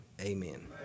Amen